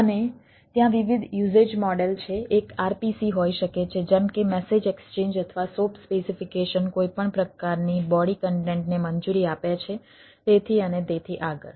અને ત્યાં વિવિધ યુઝેજ મોડેલ છે એક RPC હોઈ શકે છે જેમ કે મેસેજ એક્સચેન્જ અથવા SOAP સ્પેસીફીકેશન કોઈપણ પ્રકારની બોડી કન્ટેન્ટને મંજૂરી આપે છે તેથી અને તેથી આગળ